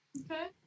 Okay